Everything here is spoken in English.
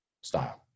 style